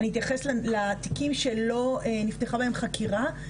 אני אתייחס לתיקים שלא נפתחה בהם חקירה,